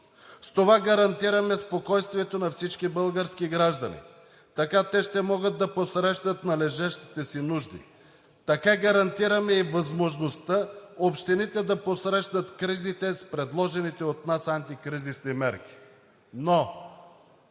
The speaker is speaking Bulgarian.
С това гарантираме спокойствието на всички български граждани, така те ще могат да посрещнат належащите си нужди, така гарантираме и възможността общините да посрещнат кризите с предложените от нас антикризисни мерки.